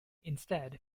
instead